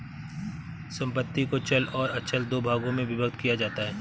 संपत्ति को चल और अचल दो भागों में विभक्त किया जाता है